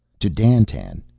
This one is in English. to dandtan,